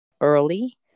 early